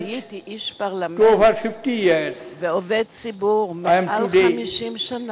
בהיותי איש פרלמנט ועובד ציבור מעל 50 שנה,